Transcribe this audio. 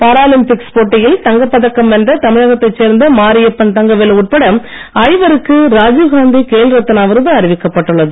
Paralympics போட்டியில் தங்கப்பதக்கம் வென்ற தமிழகத்தைச் சேர்ந்த மாரியப்பன் தங்கவேலு உட்பட ஐவருக்கு ராஜீவ்காந்தி கேல் ரத்னா விருது அறிவிக்கப்பட்டுள்ளது